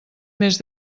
més